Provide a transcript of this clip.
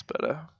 better